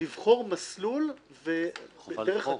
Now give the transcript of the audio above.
לבחור מסלול בדרך חקיקה.